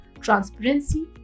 transparency